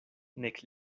nek